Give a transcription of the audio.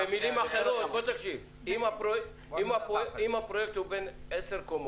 במילים אחרות, אם הפרויקט בן עשר קומות,